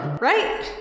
right